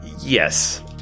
yes